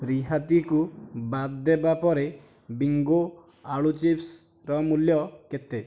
ରିହାତିକୁ ବାଦ୍ ଦେବା ପରେ ବିଙ୍ଗୋ ଆଳୁ ଚିପ୍ସର ମୂଲ୍ୟ କେତେ